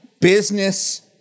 business